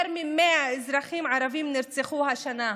יותר מ-100 אזרחים ערבים נרצחו השנה,